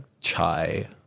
chai